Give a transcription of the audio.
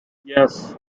yes